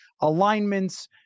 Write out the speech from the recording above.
alignments